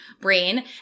brain